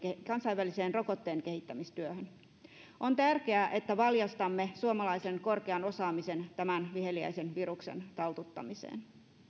kansainväliseen rokotteenkehittämistyöhön on tärkeää että valjastamme suomalaisen korkean osaamisen tämän viheliäisen viruksen taltuttamiseen